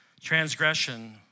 Transgression